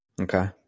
Okay